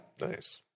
Nice